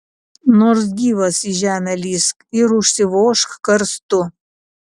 nors gyvas į žemę lįsk ir užsivožk karstu